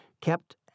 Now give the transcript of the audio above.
kept